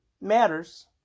Matters